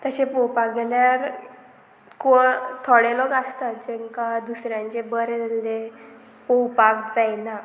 तशें पळोवपाक गेल्यार को थोडे लोक आसता जांकां दुसऱ्यांचे बरें जाल्ले पळोवपाक जायना